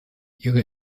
ihre